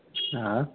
آ